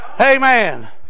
Amen